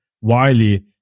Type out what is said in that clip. Wiley